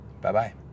Bye-bye